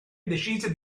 decise